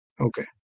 Okay